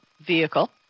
vehicle